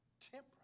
temperance